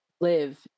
live